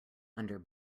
under